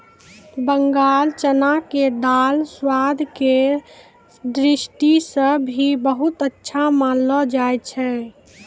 बंगाल चना के दाल स्वाद के दृष्टि सॅ भी बहुत अच्छा मानलो जाय छै